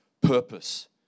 purpose